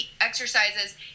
exercises